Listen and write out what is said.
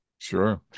Sure